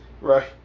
right